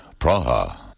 Praha